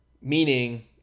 meaning